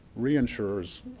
reinsurers